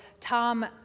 Tom